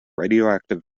radioactive